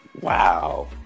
Wow